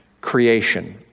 creation